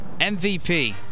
MVP